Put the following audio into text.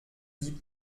dit